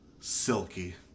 Silky